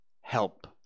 Help